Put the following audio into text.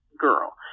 girl